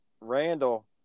Randall